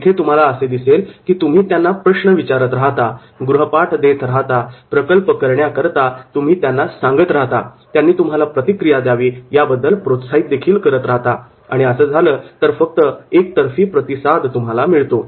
इथे तुम्हाला असे दिसेल की तुम्ही त्यांना प्रश्न विचारत राहता गृहपाठ देत राहतात प्रकल्प करण्याकरता तुम्ही त्यांना सांगत राहता त्यांनी तुम्हाला प्रतिक्रिया द्यावी याबद्दल प्रोत्साहित करत राहता आणि असं झालं तर फक्त एकतर्फी प्रतिसाद तुम्हाला मिळतो